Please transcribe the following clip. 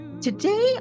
Today